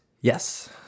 Yes